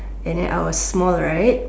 and then I was small right